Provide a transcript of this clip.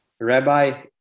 Rabbi